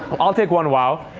i'll take one wow!